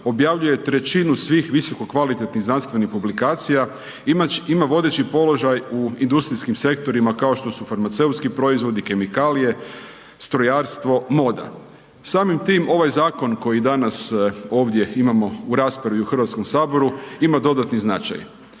objavljuje 1/3 svih visoko kvalitetnih znanstvenih publikacija, ima vodeći položaj u industrijskim sektorima kao što su farmaceutski proizvodi, kemikalije, strojarstvo, moda. Samim tim ovaj zakon koji danas ovdje imamo u raspravi u Hrvatskom saboru, ima dodatni značaj.